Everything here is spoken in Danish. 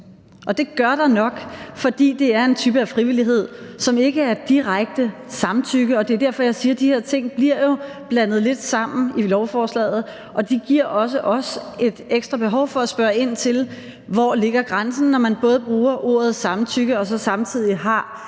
Det gør der nok, fordi det er en type af frivillighed, som ikke er et direkte samtykke, og det er derfor, jeg siger, at de her ting bliver blandet lidt sammen i lovforslaget, og de giver os også et ekstra behov for at spørge ind til, hvor grænsen ligger, når man i bemærkningerne til lovforslaget både bruger ordet samtykke og samtidig har en grad